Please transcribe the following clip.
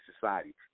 society